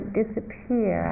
disappear